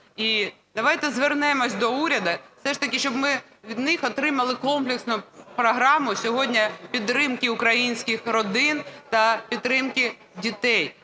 І давайте звернемось до уряду, все ж таки щоб ми від них отримали комплексну програму сьогодні підтримки українських родин та підтримки дітей.